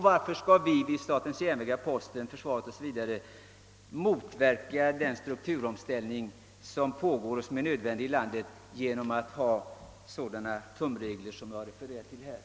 Varför skall man vid statens järnvägar, posten, försvaret etc. motverka den strukturomställning som pågår och som är nödvändig genom att tillämpa sådana tumregler som jag refererat till?